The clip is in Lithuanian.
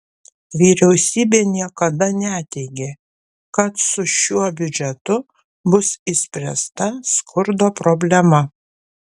vyriausybė niekada neteigė kad su šiuo biudžetu bus išspręsta skurdo problema